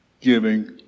giving